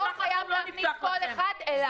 גם בעתיד אדם לא חייב להזמין כל אחד אליו.